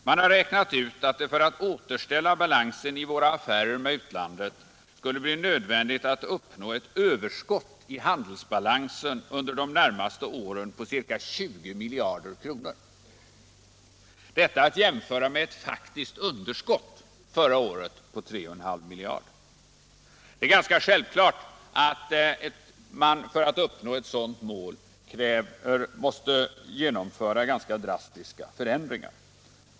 Man har räknat ut att det för att återställa balansen i våra affärer med utlandet skulle bli nödvändigt att uppnå ett överskott i handelsbalansen under de närmaste åren på ca 20 miljarder kronor per år — detta att jämföra med ett faktiskt underskott förra året på 3,5 miljarder. För att ett sådant exportöverskott skall uppnås krävs ganska drastiska förändringar.